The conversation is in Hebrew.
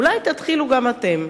אולי תתחילו גם אתם,